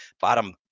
bottom